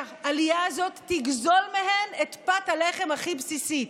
שהעלייה הזאת תגזול מהן את פת הלחם הכי בסיסית.